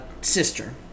sister